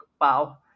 wow